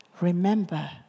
Remember